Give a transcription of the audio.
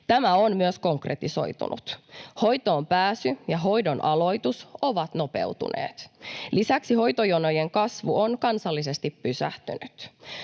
Tämä on myös konkretisoitunut: Hoitoon pääsy ja hoidon aloitus ovat nopeutuneet. Lisäksi hoitojonojen kasvu on kansallisesti pysähtynyt.